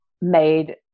made